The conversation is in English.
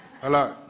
Hello